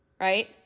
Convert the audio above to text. right